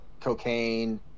cocaine